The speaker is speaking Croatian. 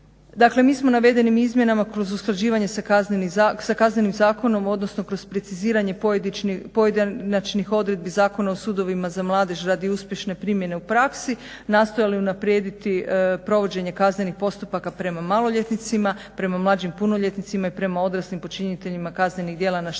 Dakle mi smo navedenim izmjenama kroz usklađivanje sa KZ-om, odnosno kroz preciziranje pojedinačnih odredbi Zakon o sudovima za mladež radi uspješne primjene u praksi nastojali unaprijediti provođenje kaznenih postupaka prema maloljetnicima, prema mlađim punoljetnicima i prema odraslim počiniteljima kaznenih djela na štetu